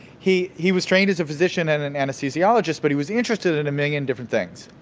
he he was trained as a physician and an anesthesiologist, but he was interested in a million different things,